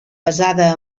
basada